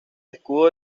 escudo